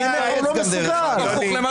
תודה.